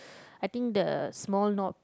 I think the small no~